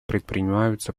предпринимаются